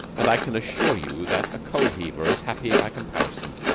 and i can assure you that a coal-heaver is happy by comparison.